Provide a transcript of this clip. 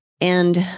And-